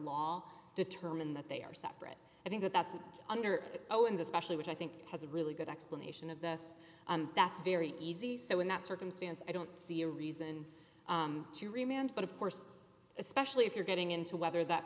law determine that they are separate i think that that's under oath and especially which i think has a really good explanation of this and that's very easy so in that circumstance i don't see a reason to remained but of course especially if you're getting into whether that